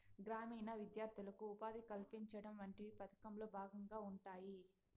గ్రామీణ విద్యార్థులకు ఉపాధి కల్పించడం వంటివి పథకంలో భాగంగా ఉంటాయి